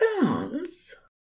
burns